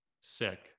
sick